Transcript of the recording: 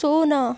ଶୂନ